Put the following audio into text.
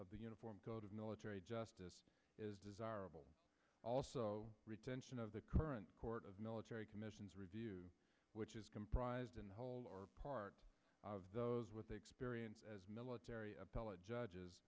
of the uniform code of military justice is desirable also retention of the current court of military commissions review which is comprised in whole or part of those with experience as military appellate judges